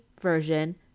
version